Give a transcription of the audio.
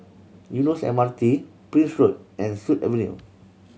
Eunos M R T Prince Road and Sut Avenue